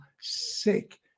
sick